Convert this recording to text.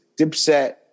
Dipset